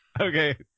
Okay